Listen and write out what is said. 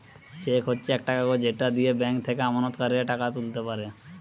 check হচ্ছে একটা কাগজ যেটা দিয়ে ব্যাংক থেকে আমানতকারীরা টাকা তুলতে পারে